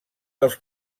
dels